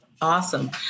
awesome